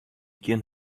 gjin